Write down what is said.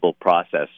process